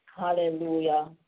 Hallelujah